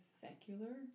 secular